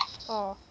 orh